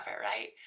right